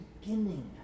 beginning